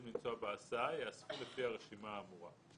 לנסוע בהסעה ייאספו לפי הרשימה האמורה.